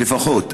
לפחות.